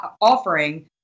offering